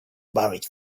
buried